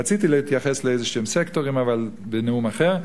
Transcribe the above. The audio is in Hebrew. רציתי להתייחס לאיזה סקטורים, אבל בנאום אחר.